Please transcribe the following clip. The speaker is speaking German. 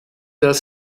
das